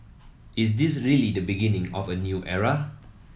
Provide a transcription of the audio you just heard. is this really the beginning of a new era